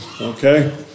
Okay